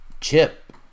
Chip